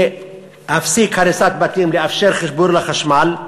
להפסיק הריסת בתים, לאפשר חיבור לחשמל,